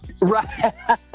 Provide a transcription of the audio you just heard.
Right